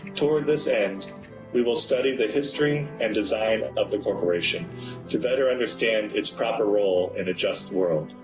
toward this end we will study the history and design of the corporation to better understand its proper role in a just world.